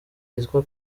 yitwa